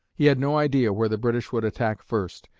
he had no idea where the british would attack first,